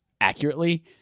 accurately